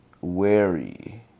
wary